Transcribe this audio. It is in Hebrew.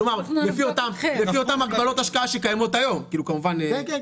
כלומר לפי אותן הגבלות השקעה שקיימות היום -- כן,